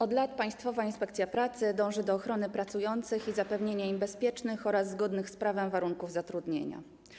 Od lat Państwowa Inspekcja Pracy dąży do ochrony pracujących i zapewnienia im bezpiecznych oraz zgodnych z prawem warunków zatrudnienia.